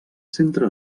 centre